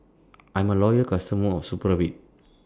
I'm A Loyal customer of Supravit